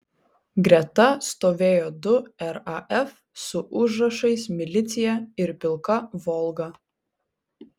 greta stovėjo du raf su užrašais milicija ir pilka volga